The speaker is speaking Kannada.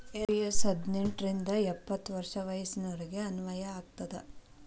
ಎನ್.ಪಿ.ಎಸ್ ಹದಿನೆಂಟ್ ರಿಂದ ಎಪ್ಪತ್ ವರ್ಷ ವಯಸ್ಸಿನೋರಿಗೆ ಅನ್ವಯ ಆಗತ್ತ